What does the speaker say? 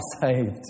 saved